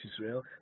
Israel